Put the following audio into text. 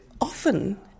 often